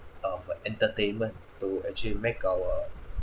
uh for entertainment to actually make our